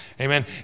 Amen